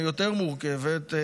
מורכבת יותר,